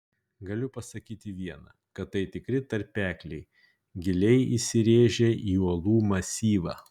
galiu pasakyti viena kad tai tikri tarpekliai giliai įsirėžę į uolų masyvą